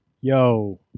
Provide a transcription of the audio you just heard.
yo